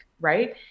right